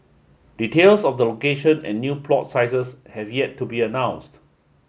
details of the location and new plot sizes have yet to be announced